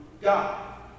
God